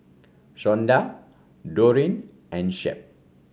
Shonda Doreen and Shep